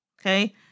Okay